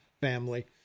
family